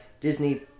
Disney